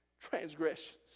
transgressions